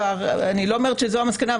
אני לא אומרת שזו המסקנה,